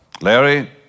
Larry